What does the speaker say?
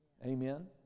Amen